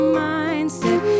mindset